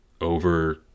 over